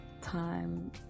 time